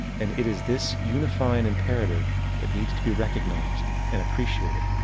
and it is this unifying imperative that needs to be recognized and appreciated.